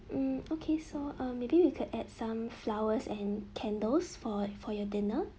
hmm okay so um maybe we could add some flowers and candles for for your dinner